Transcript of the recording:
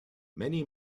many